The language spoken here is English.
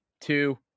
two